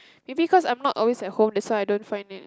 maybe cause I'm not always at home that's why I don't find it